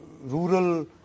rural